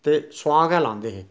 ते सोआह गै लांदे हे